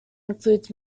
includes